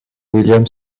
william